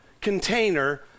container